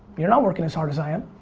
you're not working as hard as i am.